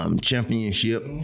championship